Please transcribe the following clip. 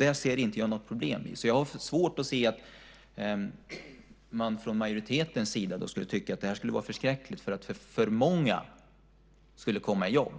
Jag ser inte något problem i det. Jag har svårt att se att man från majoritetens sida skulle tycka att det här var förskräckligt, därför att för många skulle komma i jobb.